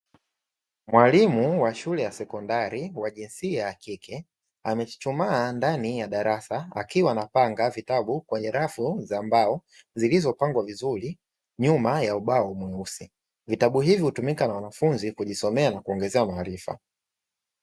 Mwalimu wa shule ya sekondari wa jinsia ya kike, amechuchumaa ndani ya darasa, akiwa anapanga vitabu kwenye rafu za mbao zilizopangwa vizuri nyuma ya ubao mweusi. Vitabu hivi hutumika na wanafunzi kujisomea na kujiongezea maarifa.